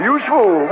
Useful